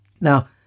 now